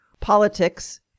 politics